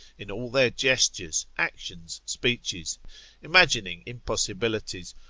in all their gestures, actions, speeches imagining impossibilities,